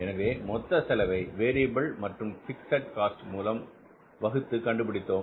எனவே மொத்த செலவை வேரியபில் மற்றும் பிக்ஸட் காஸ்ட் மூலம் வகுத்து கண்டுபிடித்தோம்